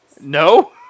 No